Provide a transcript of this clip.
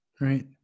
Right